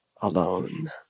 alone